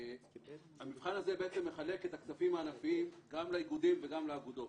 המבחן הזה מחלק את הכספים הענפיים גם לאיגודים וגם לאגודות,